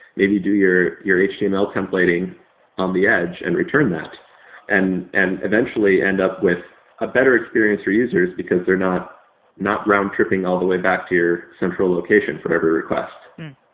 maybe do your your html templating on the edge and return that and and eeventually end up with a better experience for users, because they're not not round-tripping all the way back to your central location for every request.